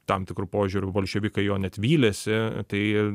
tam tikru požiūriu bolševikai jo net vylėsi tai